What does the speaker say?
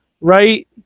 right